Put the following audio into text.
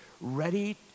ready